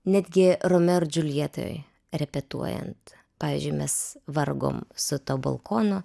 netgi romeo ir džiuljetoj repetuojant pavyzdžiui mes vargom su tuo balkonu